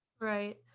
right